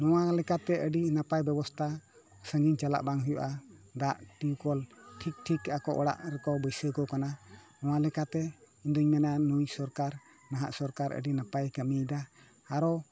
ᱱᱚᱣᱟ ᱞᱮᱠᱟᱛᱮ ᱟᱹᱰᱤ ᱱᱟᱯᱟᱭ ᱵᱮᱵᱚᱥᱛᱟ ᱥᱟᱺᱜᱤᱧ ᱪᱟᱞᱟᱜ ᱵᱟᱝ ᱦᱩᱭᱩᱜᱼᱟ ᱫᱟᱜ ᱴᱤᱭᱩᱠᱚᱞ ᱴᱷᱤᱠ ᱴᱷᱤᱠ ᱟᱠᱚ ᱚᱲᱟᱜ ᱨᱮᱠᱚ ᱵᱟᱹᱭᱥᱟᱹᱣ ᱠᱚ ᱠᱟᱱᱟ ᱱᱚᱣᱟ ᱞᱮᱠᱟᱛᱮ ᱤᱧ ᱫᱩᱧ ᱢᱮᱱᱟ ᱱᱩᱭ ᱥᱚᱨᱠᱟᱨ ᱱᱟᱦᱟᱜ ᱥᱚᱨᱠᱟᱨ ᱟᱹᱰᱤ ᱱᱟᱯᱟᱭᱮ ᱠᱟᱢᱤᱭ ᱫᱟ ᱟᱨᱚ